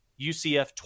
UCF